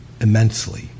immensely